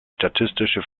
statistische